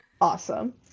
Awesome